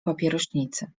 papierośnicy